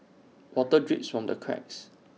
water drips from the cracks